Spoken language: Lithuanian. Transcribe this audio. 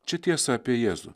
čia tiesa apie jėzų